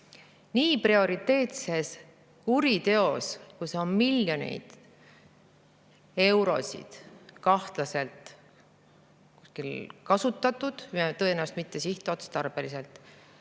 Nii prioriteetse kuriteo puhul, kus on miljoneid eurosid kahtlaselt kuskil kasutatud, tõenäoliselt mittesihtotstarbeliselt,